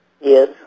Yes